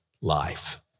life